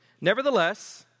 Nevertheless